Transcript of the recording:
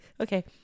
Okay